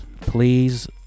please